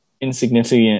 insignificant